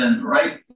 right